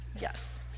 Yes